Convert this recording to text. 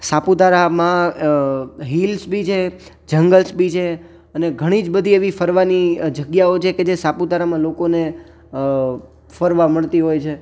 સાપુતારામાં હીલ્સ બી છે જંગલ્સ બી છે અને ઘણી જ બધી એવી ફરવાની જગ્યાઓ કે જે સાપુતારામાં લોકોને ફરવા મળતી હોય છે